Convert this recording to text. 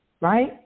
right